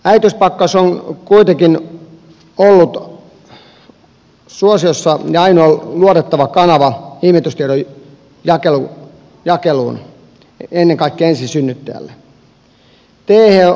äitiyspakkaus on kuitenkin ollut suosiossa ja ainoa luotettava kanava imetystiedon jakeluun ennen kaikkea ensisynnyttäjälle